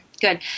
Good